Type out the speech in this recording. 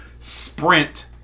sprint